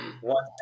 One